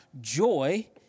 joy